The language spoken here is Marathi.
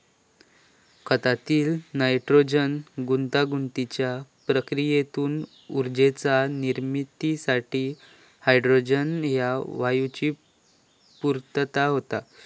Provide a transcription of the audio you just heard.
खतातील नायट्रोजन गुंतागुंतीच्या प्रक्रियेतून ऊर्जेच्या निर्मितीसाठी हायड्रोजन ह्या वायूची पूर्तता होता